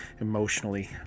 emotionally